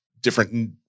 different –